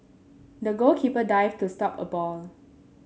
the goalkeeper dived to stop a ball